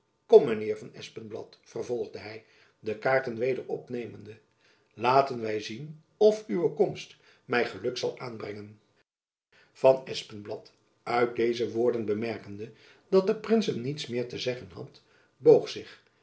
kom mijn heer van espenblad vervolgde hy de kaarten weder opnemende laten wy zien of uwe komst my geluk zal aanbrengen van espenblad uit deze woorden bemerkende dat de prins hem niets meer te zeggen had boog zich